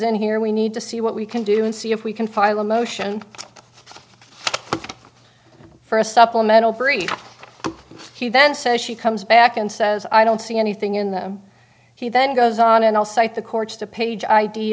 in here we need to see what we can do and see if we can file a motion for a supplemental very he then says she comes back and says i don't see anything in them he then goes on and i'll cite the courts to page idea